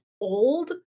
old